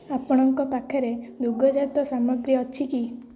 ଆପଣଙ୍କ ପାଖରେ ଦୁଗ୍ଧଜାତ ସାମଗ୍ରୀ ଅଛି କି